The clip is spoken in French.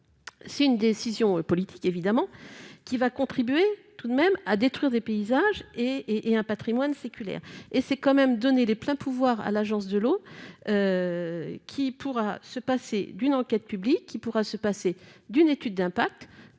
c'est une décision politique évidemment qui va contribuer tout de même à détruire des paysages et et un Patrimoine séculaires et c'est quand même donner les pleins pouvoirs à l'Agence de l'eau qui pourra se passer d'une enquête publique qui pourra se passer d'une étude d'impact